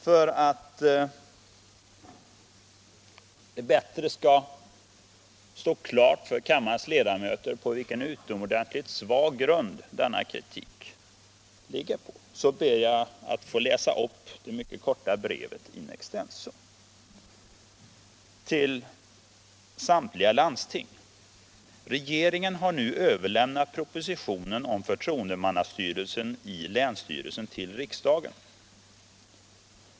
För att det bättre skall stå klart för kammarens ledamöter på vilken utomordentligt svag grund denna kritik vilar, ber jag att in extenso få läsa upp följande korta brev: Regeringen har nu överlämnat proposition om förtroendemannastyrelsen i länsstyrelsen till riksdagen.